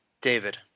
David